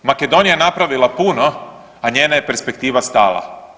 Makedonija je napravila puno, a njena je perspektiva stala.